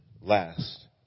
last